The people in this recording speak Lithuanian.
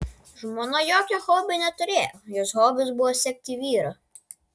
žmona jokio hobio neturėjo jos hobis buvo sekti vyrą